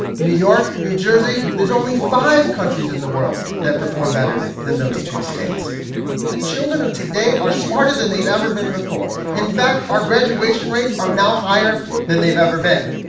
new york, new jersey there's only five countries in the world that perform better than those two that the children of today are smarter than they've ever been before. in fact, our graduation rates are now higher than they've ever been.